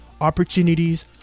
opportunities